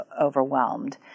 overwhelmed